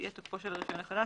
יהיה תוקפו של הרישיון החדש